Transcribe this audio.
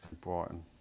Brighton